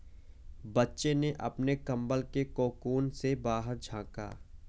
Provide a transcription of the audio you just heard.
बच्चे ने अपने कंबल के कोकून से बाहर झाँका